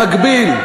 במקביל,